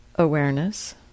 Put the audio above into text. awareness